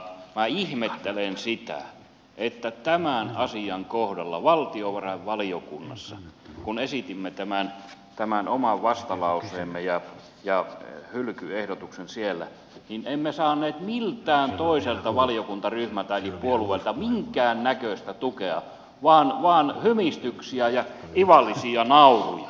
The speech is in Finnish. minä ihmettelen sitä että tämän asian kohdalla valtiovarainvaliokunnassa kun esitimme tämän oman vastalauseemme ja hylkyehdotuksen siellä emme saaneet miltään toiselta valiokuntaryhmältä eli puolueelta minkäännäköistä tukea vaan vain hymistyksiä ja ivallisia nauruja